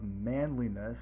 manliness